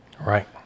Right